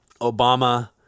Obama